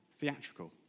theatrical